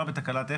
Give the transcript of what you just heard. גברתי,